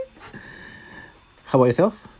how about yourself